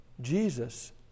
Jesus